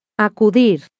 Acudir